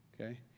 okay